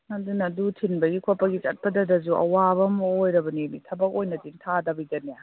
ꯑꯗꯨꯅ ꯑꯗꯨ ꯊꯤꯟꯕꯒꯤ ꯈꯣꯠꯄꯒꯤ ꯆꯠꯄꯗꯇꯁꯨ ꯑꯋꯥꯕ ꯑꯃ ꯑꯣꯏꯔꯕꯅꯦꯃꯤ ꯊꯕꯛ ꯑꯣꯏꯅꯗꯤ ꯊꯥꯗꯕꯤꯗꯅꯦ